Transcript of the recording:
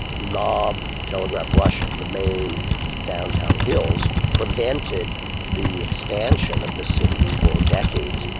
nob, telegraph, russian, the main downtown hills prevented the expansion of the city for decades.